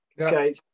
Okay